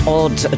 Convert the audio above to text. odd